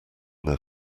their